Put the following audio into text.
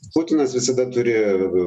putinas visada turėjo labai